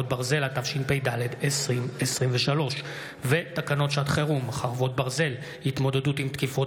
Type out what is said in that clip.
התשפ"ד 2023. תקנות שעת חירום (חרבות ברזל) (התמודדות עם תקיפות